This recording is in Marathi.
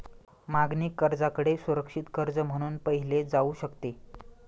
मागणी कर्जाकडे सुरक्षित कर्ज म्हणून पाहिले जाऊ शकते